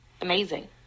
Amazing